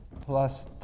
plus